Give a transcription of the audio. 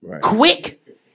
Quick